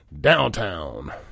downtown